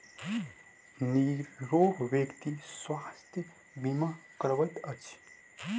निरोग व्यक्ति स्वास्थ्य बीमा करबैत अछि